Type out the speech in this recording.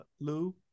Lou